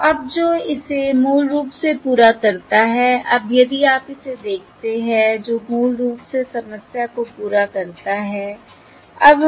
तो अब जो इसे मूल रूप से पूरा करता है अब यदि आप इसे देखते हैं जो मूल रूप से समस्या को पूरा करता है